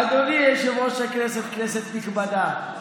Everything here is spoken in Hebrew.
אדוני יושב-ראש הכנסת, כנסת נכבדה,